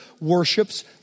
worships